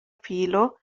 filo